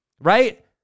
right